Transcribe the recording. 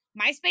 MySpace